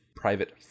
Private